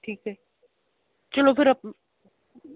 ਠੀਕ ਆ ਚਲੋ ਫਿਰ